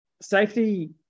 safety